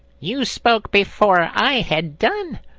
you spoke before i had done,